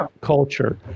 culture